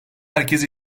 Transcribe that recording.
herkes